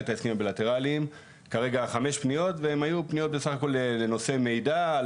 ההסכמים הבילטראליים כרגע חמש פניות והן היו פניות בסך הכל לנושא מידע,